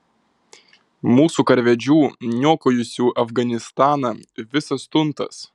mūsų karvedžių niokojusių afganistaną visas tuntas